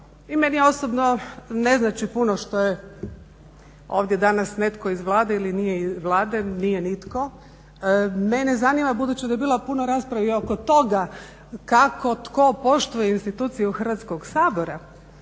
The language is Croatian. I meni, ja osobno, ne znači puno što je ovdje danas netko iz Vlade ili nije iz Vlade, nije nitko. Mene zanima, budući da je bilo puno raspravi oko toga kako tko poštuje institucije Hrvatskoga sabora